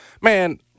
Man